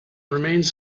remains